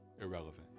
irrelevant